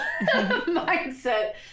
mindset